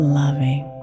loving